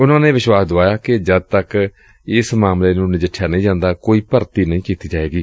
ਉਨੂਾ ਨੇ ਵਿਸ਼ਵਾਸ ਦੁਆਇਆ ਕਿ ਜਦ ਤੱਕ ਇਸ ਮਾਮਲੇ ਨੂੰ ਨਜਿਠਿਆ ਨਹੀਂ ਜਾਂਦਾ ਕੋਈ ਭਰਤੀ ਨਹੀਂ ਕੀਤੀ ਜਾਏਗੀ